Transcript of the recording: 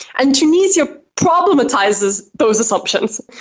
and tunisia problematizes those assumptions.